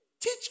teach